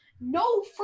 no